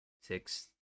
six